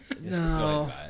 No